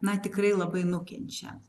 na tikrai labai nukenčia